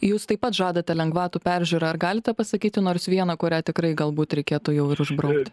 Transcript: jūs taip pat žadate lengvatų peržiūrą ar galite pasakyti nors vieną kurią tikrai galbūt reikėtų jau ir išbraukt